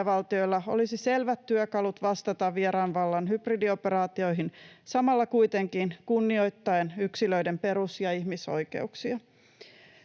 olisi selvät työkalut vastata vieraan vallan hybridioperaatioihin samalla kuitenkin kunnioittaen yksilöiden perus- ja ihmisoikeuksia.